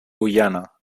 guyana